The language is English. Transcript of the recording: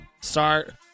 start